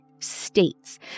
states